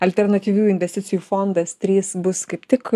alternatyvių investicijų fondas trys bus kaip tik